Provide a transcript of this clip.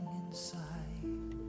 inside